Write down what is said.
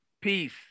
peace